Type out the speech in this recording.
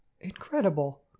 incredible